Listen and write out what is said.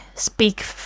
speak